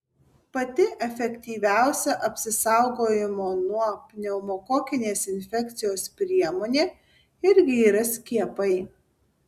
pati efektyviausia apsisaugojimo nuo pneumokokinės infekcijos priemonė irgi yra skiepai